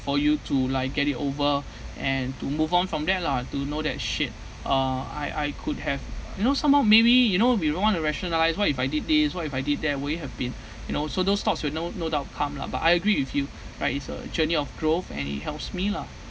for you to like get it over and to move on from that lah to know that shit uh I I could have you know somehow maybe you know we don't want to rationalise what if I did these what if I did that would you have been you know so those talks will no no doubt come lah but I agree with you right it's a journey of growth and it helps me lah